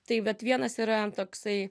taip vat vienas yra toksai